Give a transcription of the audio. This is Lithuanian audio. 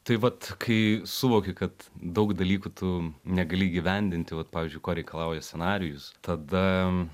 tai vat kai suvoki kad daug dalykų tu negali įgyvendinti vat pavyzdžiui ko reikalauja scenarijus tada